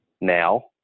now